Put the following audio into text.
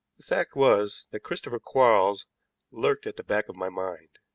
the fact was that christopher quarles lurked at the back of my mind.